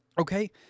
okay